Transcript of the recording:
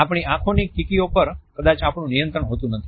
આપણી આંખોની કીકીઓ પર કદાચ આપણું નિયંત્રણ હોતું નથી